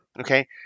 okay